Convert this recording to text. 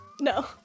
no